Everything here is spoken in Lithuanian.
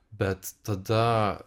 bet tada